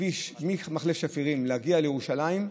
להגיע ממחלף שפירים לירושלים,